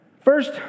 First